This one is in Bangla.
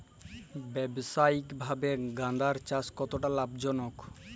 ব্যবসায়িকভাবে গাঁদার চাষ কতটা লাভজনক?